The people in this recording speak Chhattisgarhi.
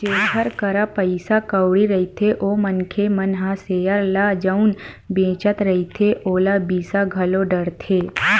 जेखर करा पइसा कउड़ी रहिथे ओ मनखे मन ह सेयर ल जउन बेंचत रहिथे ओला बिसा घलो डरथे